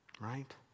right